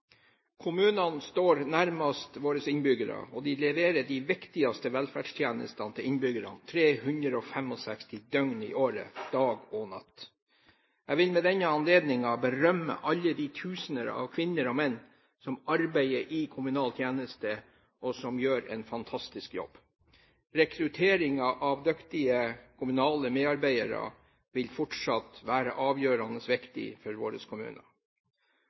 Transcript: Kommunene står nærmest våre innbyggere og leverer de viktigste velferdstjenestene til innbyggerne – 365 døgn i året, dag og natt. Jeg vil ved denne anledningen berømme alle de tusener av kvinner og menn som arbeider i kommunal tjeneste, og som gjør en fantastisk jobb. Rekrutteringen av dyktige kommunale medarbeidere vil fortsatt være avgjørende viktig for våre kommuner.